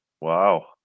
Wow